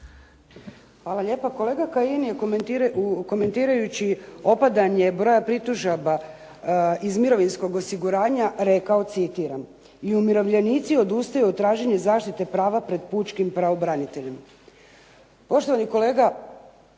Hvala lijepo. Kolega Kajin je komentirajući opadanje broja pritužaba iz Mirovinskog osiguranja rekao " i umirovljenici odustaju od traženja zaštite prava ped pučkim pravobraniteljem".